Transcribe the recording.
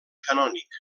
canònic